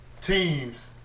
teams